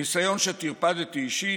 ניסיון שטרפדתי אישית,